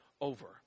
over